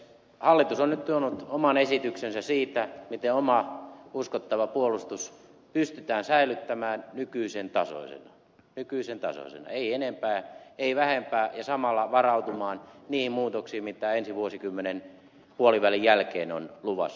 hallitus on nyt tuonut oman esityksensä siitä miten oma uskottava puolustus pystytään säilyttämään nykyisen tasoisena nykyisen tasoisena ei enempää ei vähempää ja samalla varautumaan niihin muutoksiin joita ensi vuosikymmenen puolivälin jälkeen on luvassa